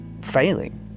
failing